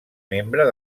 membre